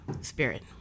spirit